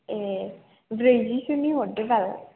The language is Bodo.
ए ब्रैजि सोनि हरदो बाल